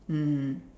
mmhmm